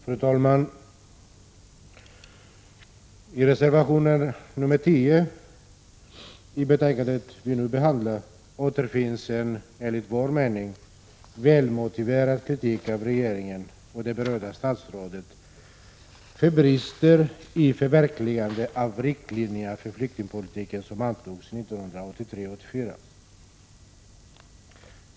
Fru talman! I reservation nr 10 till betänkandet som kammaren nu behandlar återfinns en enligt vår mening välmotiverad kritik av regeringen och det berörda statsrådet för brister i förverkligande av riktlinjerna för flyktingpolitiken som antogs 1983/84.